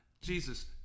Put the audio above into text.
Jesus